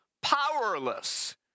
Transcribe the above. powerless